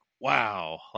wow